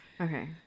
Okay